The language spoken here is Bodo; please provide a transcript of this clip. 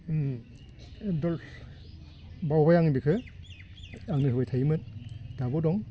दल्भ बावबाय आं बेखो आंनो होबाय थायोमोन दाबो दं